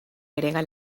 agrega